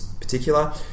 particular